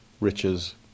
riches